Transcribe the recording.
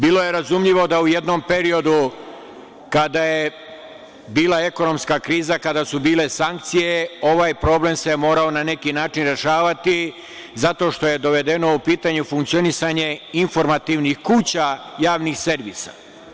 Bilo je razumljivo da u jednom periodu kada je bila ekonomska kriza, kada su bile sankcije, ovaj problem se morao na neki način rešavati, zato što je dovedeno u pitanje funkcionisanje informativnih kuća javnih servisa.